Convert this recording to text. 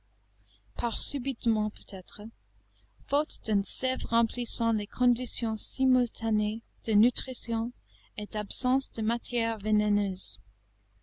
pas subitement peut-être faute d'une sève remplissant les conditions simultanées de nutrition et d'absence de matières vénéneuses